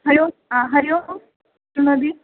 हरिः ओम् हरिः ओम् श्रुणोति